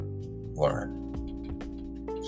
Learn